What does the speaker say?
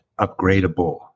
upgradable